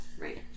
right